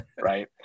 right